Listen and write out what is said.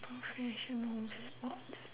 professional sports